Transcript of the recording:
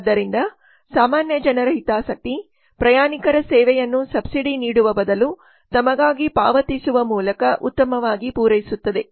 ಆದ್ದರಿಂದ ಸಾಮಾನ್ಯ ಜನರ ಹಿತಾಸಕ್ತಿ ಪ್ರಯಾಣಿಕರ ಸೇವೆಯನ್ನು ಸಬ್ಸಿಡಿ ನೀಡುವ ಬದಲು ತಮಗಾಗಿ ಪಾವತಿಸುವ ಮೂಲಕ ಉತ್ತಮವಾಗಿ ಪೂರೈಸುತ್ತದೆ